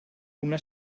una